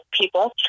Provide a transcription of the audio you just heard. people